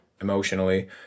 emotionally